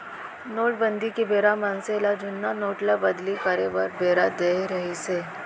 नोटबंदी के बेरा मनसे ल जुन्ना नोट ल बदली करे बर बेरा देय रिहिस हे